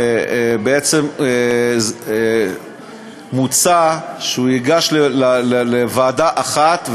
בעצם מוצע שהוא ייגש לוועדה אחת,